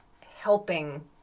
helping